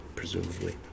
presumably